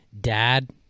Dad